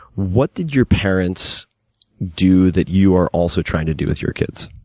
what did your parents do that you are also trying to do with your kids?